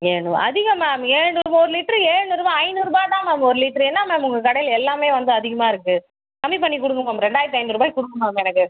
அதிகம் மேம் ஏழ்நூறுபா ஒரு லிட்டரு ஏழ்நூறுபா ஐந்நூறுபா தான் மேம் ஒரு லிட்டரு என்ன மேம் உங்கள் கடையில் எல்லாமே வந்து அதிகமாக இருக்குது கம்மி பண்ணி கொடுங்க மேம் ரெண்டாயிரத்தி ஐந்நூறுபாய்க்கி கொடுங்க மேம் எனக்கு